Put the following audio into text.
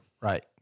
Right